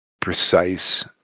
precise